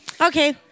Okay